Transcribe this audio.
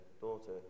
Daughter